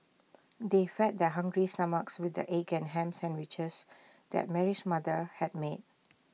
they fed their hungry stomachs with the egg and Ham Sandwiches that Mary's mother had made